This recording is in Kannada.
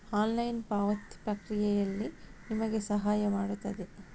ಆನ್ಲೈನ್ ಪಾವತಿ ಪ್ರಕ್ರಿಯೆಯಲ್ಲಿ ನಿಮಗೆ ಸಹಾಯ ಮಾಡುತ್ತದೆ